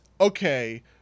okay